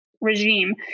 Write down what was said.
regime